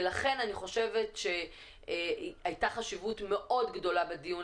לכן אני חושבת שהייתה חשיבות מאוד גדולה בדיון